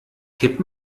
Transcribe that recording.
kipp